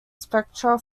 spectra